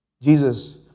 Jesus